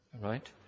right